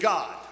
God